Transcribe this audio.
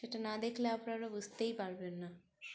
সেটা না দেখলে আপনারা বুঝতেই পারবেন না